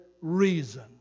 reason